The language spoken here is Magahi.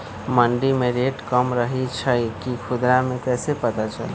मंडी मे रेट कम रही छई कि खुदरा मे कैसे पता चली?